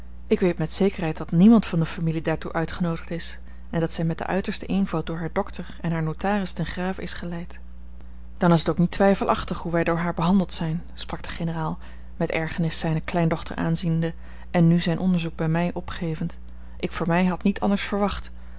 ik weet met zekerheid dat niemand van de familie daartoe uitgenoodigd is en dat zij met den uitersten eenvoud door haar dokter en haar notaris ten grave is geleid dan is het ook niet twijfelachtig hoe wij door haar behandeld zijn sprak de generaal met ergernis zijne kleindochter aanziende en nu zijn onderzoek bij mij opgevend ik voor mij had niet anders verwacht